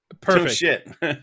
Perfect